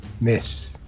miss